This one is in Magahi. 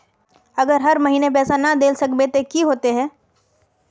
अगर हर महीने पैसा ना देल सकबे ते की होते है?